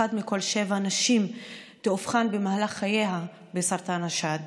אחת מכל שבע נשים תאובחן במהלך חייה בסרטן השד.